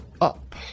up